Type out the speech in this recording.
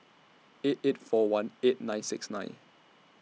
eight eight four one eight nine six nine